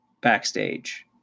backstage